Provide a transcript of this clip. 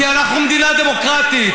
כי אנחנו מדינה דמוקרטית.